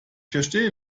verstehe